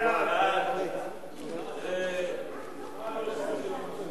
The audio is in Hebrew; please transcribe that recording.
חוק לביטול תשלום חלקי של דמי הבראה